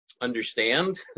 understand